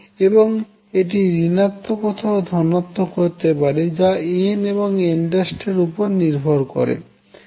এবং এটি ঋণাত্মক অথবা ধনাত্মক হতে পারে যা n এবং n' এর উপর নির্ভর করে